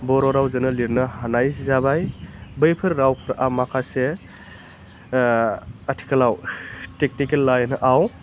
बर' रावजोनो लिरनो हानाय जाबाय बैफोर रावफोरा माखासे आथिखालाव टेकनिकेल लाइनआव